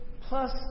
plus